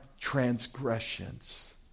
transgressions